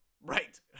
right